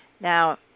Now